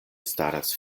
staras